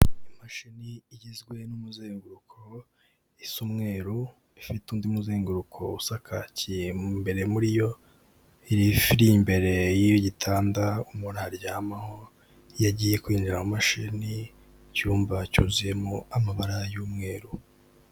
Imashini igizwe n'umuzenguruko, isa umweruru ifite undi muzenguruko usa kaki imbere muri yo, iri mbere y'igitanda umuntu aryamaho, iyo agiye kwinjira mu mashini, icyumba cyuzuyemo amabara y'umweru.